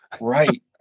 Right